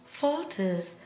falters